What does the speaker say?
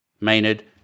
Maynard